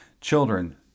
Children